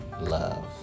love